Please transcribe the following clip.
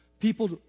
People